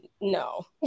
no